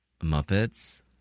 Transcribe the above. Muppets